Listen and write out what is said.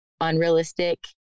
unrealistic